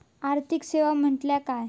आर्थिक सेवा म्हटल्या काय?